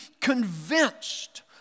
convinced